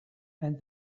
and